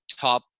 top